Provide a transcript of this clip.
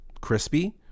crispy